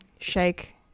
shake